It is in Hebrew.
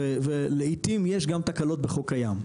ולעיתים יש גם תקלות בחוק קיים,